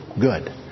good